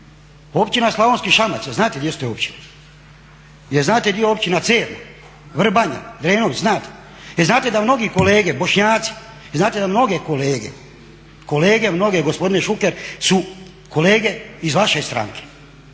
Općina Slavonski Šamac, jel' znate gdje su te općine? Jel' znate di je općina Cerna, Vrbanja, Drenovci? Znate? Jel' znate da mnogi kolege Bošnjaci, vi znate da mnoge kolege, kolege mnoge gospodine Šuker su kolege iz vaše stranke